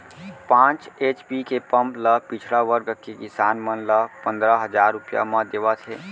पांच एच.पी के पंप ल पिछड़ा वर्ग के किसान मन ल पंदरा हजार रूपिया म देवत हे